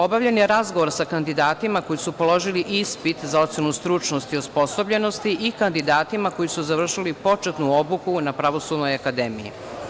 Obavljen je razgovor sa kandidatima koji su položili ispit za ocenu stručnosti i osposobljenosti i kandidatima koji su završili početnu obuku na Pravosudnoj akademiji.